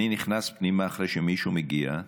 אני נכנס פנימה אחרי שמישהו מגיע,